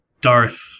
Darth